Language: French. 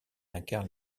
incarne